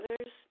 others